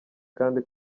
kandi